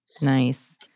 Nice